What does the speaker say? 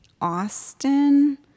Austin